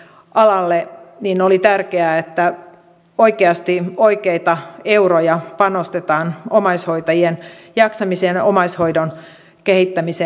olalle niin oli tärkeää että hallinnonalalle oikeasti oikeita euroja panostetaan omaishoitajien jaksamiseen ja omaishoidon kehittämiseen